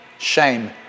Shame